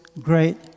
great